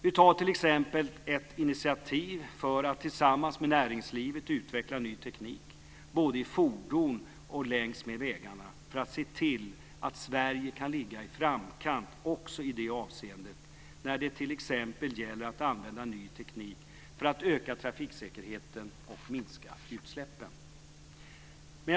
Vi tar t.ex. ett initiativ för att tillsammans med näringslivet utveckla ny teknik både i fordon och längs med vägarna för att se till att Sverige kan ligga i framkant också i det avseendet. Det gäller t.ex. att använda ny teknik för att öka trafiksäkerheten och minska utsläppen.